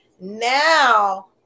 Now